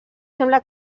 sembla